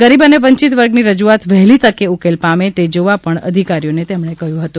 ગરીબ અને વંચિત વર્ગની રજૂઆત વહેલી તકે ઉકેલ પામે તે જોવા પણ અધિકારીઓને તેમણે કહ્યું હતું